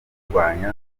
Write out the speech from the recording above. kurwanya